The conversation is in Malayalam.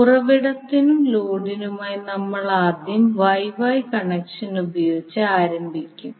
ഉറവിടത്തിനും ലോഡിനുമായി നമ്മൾ ആദ്യം YY കണക്ഷൻ ഉപയോഗിച്ച് ആരംഭിക്കും